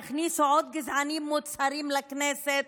יכניסו עוד גזענים מוצהרים לכנסת,